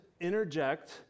interject